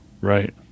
Right